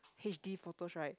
h_d photos right